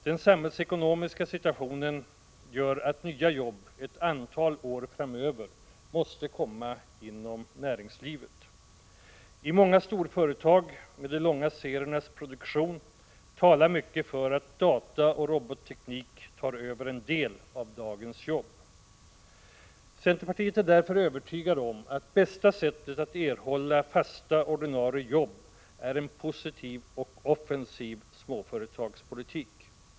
Den samhällsekonomiska situationen gör att nya jobb ett antal år framöver måste komma inom näringslivet. I många storföretag, med de långa seriernas produktion, talar mycket för att dataoch robottekniken tar över en del av dagens jobb. Centerpartiet är därför övertygat om att bästa sättet att erhålla fasta ordinarie jobb är en positiv och offensiv småföretagspolitik.